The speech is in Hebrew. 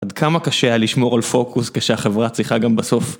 עד כמה קשה היה לשמור על פוקוס כשהחברה צריכה גם בסוף